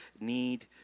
need